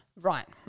Right